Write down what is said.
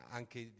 anche